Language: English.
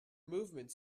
movement